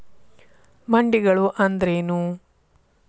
ಮಂಡಿಗಳು ಅಂದ್ರೇನು?